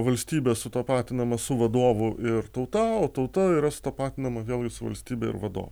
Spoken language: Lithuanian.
valstybė sutapatinama su vadovu ir tauta o tauta yra sutapatinama vėlgi su valstybe ir vadovu